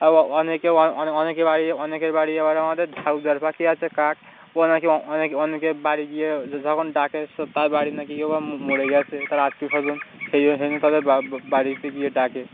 অনেকে অনেক অনেকে বাড়ি অনেকের বাড়ি এবারে আমাদের ঝাড়ুদের পাখি আছে কাক অনেকে অনেকে অনেকে বাড়ি গিয়ে যখন ডাকে তার বাড়ি না কি কেউ মরে গেছে তার আত্মীয় স্বজন সেই জন্য তাদের বাড়িতে গিয়ে ডাকে